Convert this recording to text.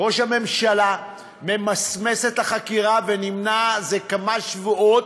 ראש הממשלה ממסמס את החקירה ונמנע זה כמה שבועות,